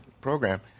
program